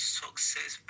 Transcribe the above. success